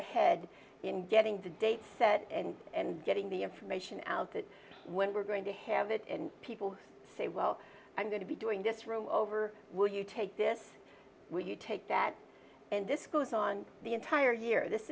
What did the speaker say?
ahead in getting the date set and and getting the information out that when we're going to have it and people say well i'm going to be doing this rover will you take this will you take that and this goes on the entire year this